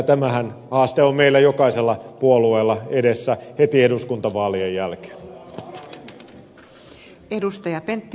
tämä haastehan on meillä jokaisella puolueella edessä heti eduskuntavaalien jälkeen